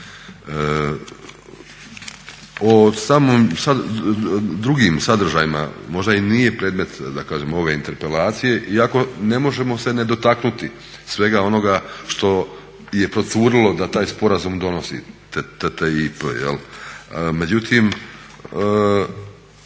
O drugim sadržajima možda i nije predmet ove interpelacije, iako ne možemo se ne dotaknuti svega onoga što je procurilo da taj sporazum donosi TTIP. Međutim,